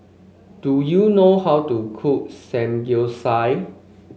do you know how to cook Samgeyopsal